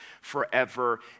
forever